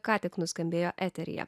ką tik nuskambėjo eteryje